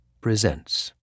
presents